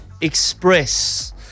express